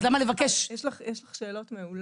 אז למה לבקש --- יש לך שאלות מעולות,